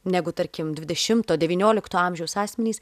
negu tarkim dvidešimto devyniolikto amžiaus asmenys